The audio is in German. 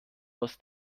aus